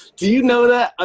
do you know that?